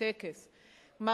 כלומר,